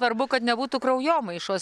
svarbu kad nebūtų kraujomaišos